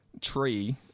tree